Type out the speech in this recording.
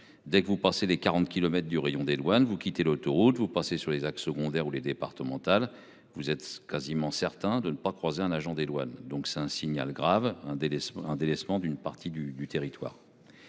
Dès que vous passez les 40 kilomètres du rayon des douanes vous quitter l'autoroute vous passez sur les axes secondaires ou les départementales vous êtes quasiment certain de ne pas croiser un agent des douanes. Donc, c'est un signal grave un délaissement délaissement d'une partie du du territoire.